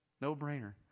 no-brainer